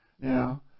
Now